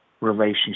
relationship